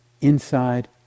Inside